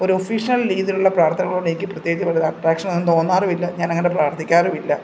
ഒരു ഒഫിഷ്യൽ രീതിയിലുള്ള പ്രാർത്ഥനകളോട് എനിക്ക് പ്രത്യേകിച്ചുള്ള അട്ട്രാക്ഷൻ ഒന്നും തോന്നാറുമില്ല ഞാൻ അങ്ങനെ പ്രാർത്ഥിക്കാറും ഇല്ല